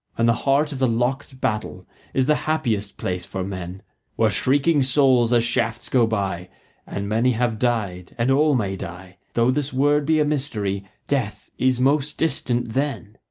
and the heart of the locked battle is the happiest place for men when shrieking souls as shafts go by and many have died and all may die though this word be a mystery, death is most distant then.